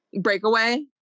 Breakaway